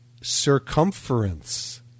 Circumference